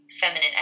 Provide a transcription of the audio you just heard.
feminine